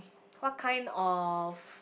what kind of